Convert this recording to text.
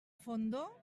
fondó